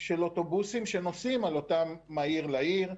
של אוטובוסים שנוסעים על אותם מהיר לעיר,